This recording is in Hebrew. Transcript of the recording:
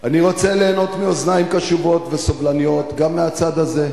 אני רוצה ליהנות מאוזניים קשובות וסובלניות גם מהצד הזה.